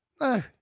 No